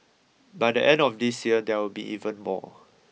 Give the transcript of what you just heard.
by the end of this year there will be even more